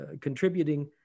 contributing